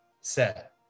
set